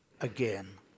again